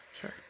sure